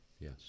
Yes